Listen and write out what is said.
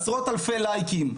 עשרות אלפי לייקים.